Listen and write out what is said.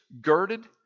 girded